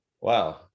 Wow